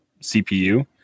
CPU